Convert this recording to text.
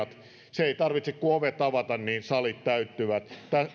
patjat ei tarvitse kuin ovet avata niin salit täyttyvät